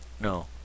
No